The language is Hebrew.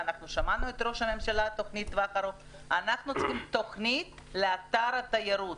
ושמענו את ראש הממשלה אנחנו צריכים תוכנית לאתר התיירות.